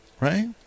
right